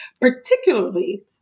particularly